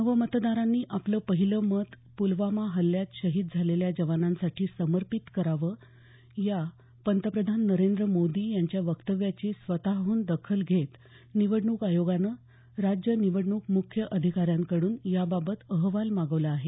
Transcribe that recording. नव मतदारांनी आपलं पहिलं मत प्लवामा हल्ल्यात शहीद झालेल्या जवानांसाठी समर्पित करावं या पंतप्रधान नरेंद्र मोदी यांच्या वक्तव्याची स्वतःहून दखल घेत निवडणूक आयोगानं राज्य निवडणूक मुख्य अधिकाऱ्यांकडून याबाबत अहवाल मागवला आहे